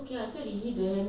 no I eat